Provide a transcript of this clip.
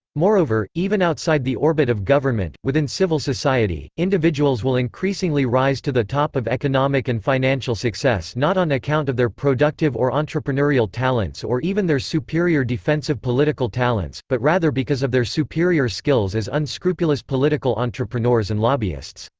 moreover, even outside the orbit of government, within civil society, individuals will increasingly rise to the top of economic and financial success not on account of their productive or entrepreneurial talents or even their superior defensive political talents, but rather because of their superior skills as unscrupulous political entrepreneurs and lobbyists.